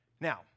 Now